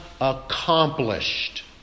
accomplished